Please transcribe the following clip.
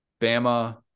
Bama